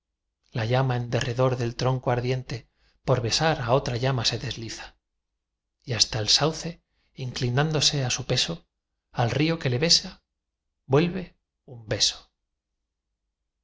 la llama en derredor del tronco ardiente por besar á otra llama se desliza y hasta el sauce inclinándose á su peso al río que le besa vuelve un beso